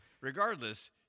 regardless